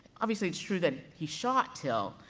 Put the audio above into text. obviously it's true that he shot till,